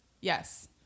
Yes